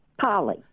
Polly